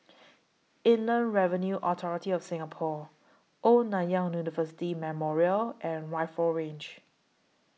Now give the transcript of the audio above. Inland Revenue Authority of Singapore Old Nanyang University Memorial and Rifle Range